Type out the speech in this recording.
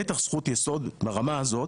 בטח זכות יסוד ברמה הזאת,